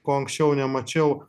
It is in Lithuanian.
ko anksčiau nemačiau